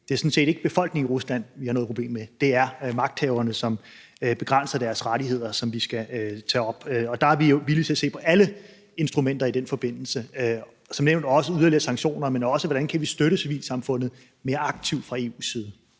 at det sådan set ikke er befolkningen i Rusland, vi har noget problem med, men magthaverne, som begrænser deres rettigheder. Og vi er villige til at se på alle instrumenter i den forbindelse – som nævnt yderligere sanktioner, men også, hvordan vi kan støtte civilsamfundet mere aktivt fra EU's side.